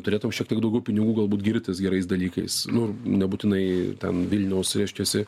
turėtum šiek tiek daugiau pinigų galbūt girtis gerais dalykais nu ir nebūtinai ten vilniaus reiškiasi